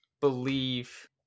believe